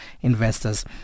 investors